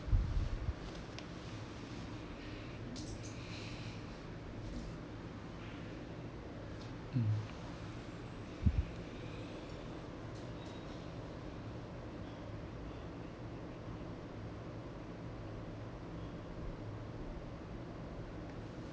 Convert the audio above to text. mm